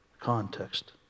context